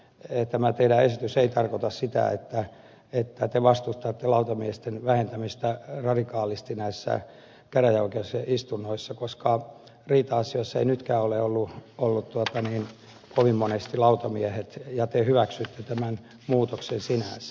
ei tämä sosialidemokraattien esitys ei tarkoita sitä että te vastustatte lautamiesten vähentämistä radikaalisti näissä käräjäoikeuksien istunnoissa koska riita asioissa ei nytkään ole ollut kovin monesti lautamiehiä ja te hyväksytte tämän muutoksen sinänsä